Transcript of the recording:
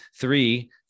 Three